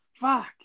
fuck